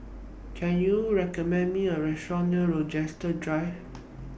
Can YOU recommend Me A Restaurant near Rochester Drive